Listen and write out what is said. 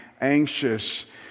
anxious